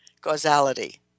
causality